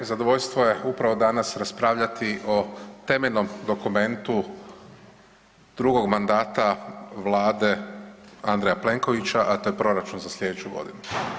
Zadovoljstvo je upravo danas raspravljati o temeljnom dokumentu drugog mandata Vlade Andreja Plenkovića, a to je proračun za sljedeću godinu.